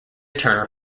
turner